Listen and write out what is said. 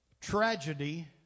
Tragedy